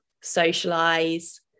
socialize